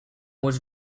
was